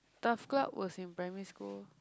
TAF club was in primary school